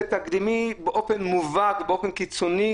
זה תקדימי באופן מובהק ובאופן קיצוני.